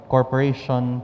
Corporation